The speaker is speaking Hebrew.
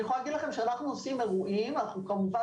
אני יכולה להגיד לכם שכשאנחנו עושים אירועים אנחנו כמובן